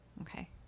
Okay